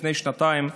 לפני שנתיים,